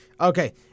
Okay